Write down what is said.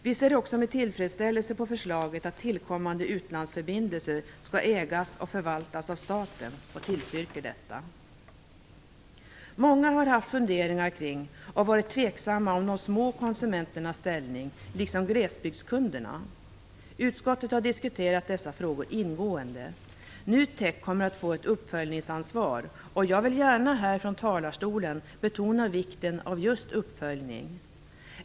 Vi ser också med tillfredsställelse på förslaget att tillkommande utlandsförbindelser skall ägas och förvaltas av staten och tillstyrker detta. Många har haft funderingar kring och varit tveksamma till de små konsumenternas och glesbygdskundernas ställning. Utskottet har diskuterat dessa frågor ingående. NUTEK kommer att få ett uppföljningsansvar, och jag vill gärna här från talarstolen betona vikten av just uppföljning.